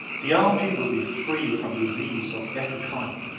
the army will be free from disease of every kind,